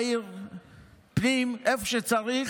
פנים, לאיפה שצריך,